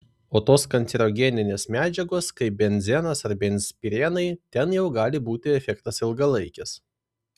o tos kancerogeninės medžiagos kaip benzenas ar benzpirenai ten jau gali būti efektas ilgalaikis